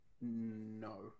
No